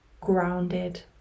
grounded